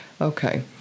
okay